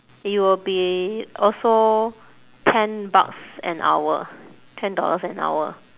it will be also ten bucks an hour ten dollars an hour